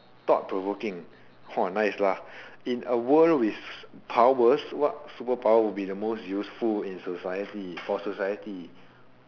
thought provoking nice lah in a world with powers what superpower would be the most useful in society for society